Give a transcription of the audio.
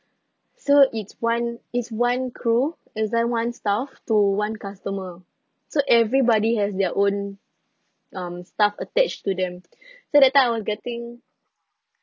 so it's one it's one crew assigned one staff to one customer so everybody has their own um staff attached to them so that time I was getting